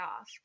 off